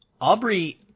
Aubrey